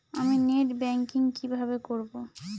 আমি net banking কিভাবে করব?